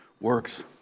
works